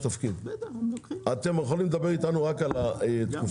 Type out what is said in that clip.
אתם יכולים לדבר אתנו רק על התקופה.